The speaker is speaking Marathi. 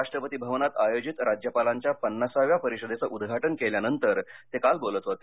राष्ट्रपती भवनात आयोजित राज्यपालांच्या पन्नासाव्या परिषदेचं उद्घाटन केल्यानंतर ते काल बोलत होते